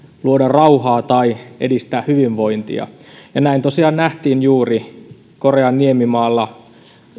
luoda rauhaa tai edistää hyvinvointia ja näin tosiaan nähtiin juuri korean niemimaalla